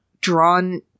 drawn